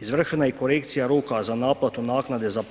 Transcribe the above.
Izvršena je i korekcija roka za naplatu naknade za